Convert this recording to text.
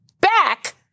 back